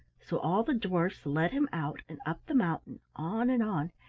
so all the dwarfs led him out, and up the mountain, on and on,